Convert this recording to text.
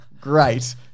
Great